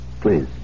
Please